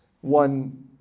One